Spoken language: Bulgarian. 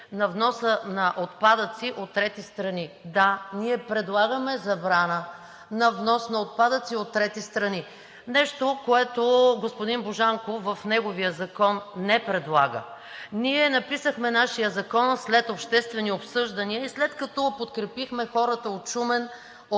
на вноса на отпадъци от трети страни. Да, ние предлагаме забрана на внос на отпадъци от трети страни, нещо, което господин Божанков в неговия закон не предлага. Ние написахме нашия закон след обществени обсъждания и след като подкрепихме хората от Шумен, от